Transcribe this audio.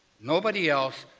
nobody else.